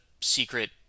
secret